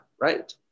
right